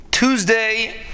Tuesday